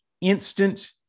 instant